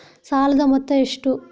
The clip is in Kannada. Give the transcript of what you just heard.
ಸಾಲದ ಮೊತ್ತ ಎಷ್ಟು?